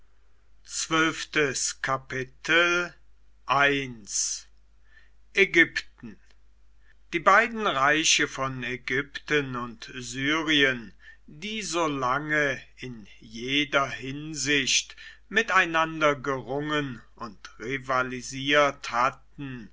ägypten die beiden reiche von ägypten und syrien die so lange in jeder hinsicht miteinander gerungen und rivalisiert hatten